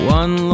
one